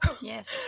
Yes